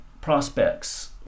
prospects